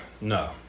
no